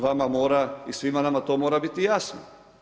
Vama mora i svima nama to mora biti jasno.